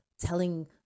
telling